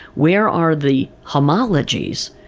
where are the homologies,